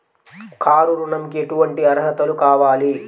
Car ఋణంకి ఎటువంటి అర్హతలు కావాలి?